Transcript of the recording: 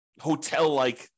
hotel-like